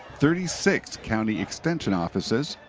thirty six county extension offices,